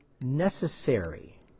necessary